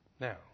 Now